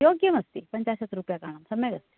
योग्यमस्ति सपञ्चाशत् रूप्यकाणां सम्यक् अस्ति